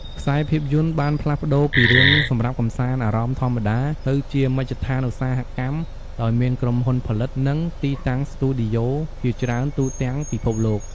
ខ្សែភាពយន្តបានផ្លាស់ប្តូរពីរឿងសម្រាប់កំសាន្តអារម្មណ៌ធម្មតា ទៅជាមជ្ឈដ្ឋានឧស្សាហកម្ម ដោយមានក្រុមហ៊ុនផលិត និង ទីតាំងស្ទូឌីយោជាច្រើនទូទាំងពិភពលោក។